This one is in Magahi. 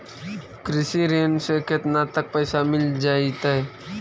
कृषि ऋण से केतना तक पैसा मिल जइतै?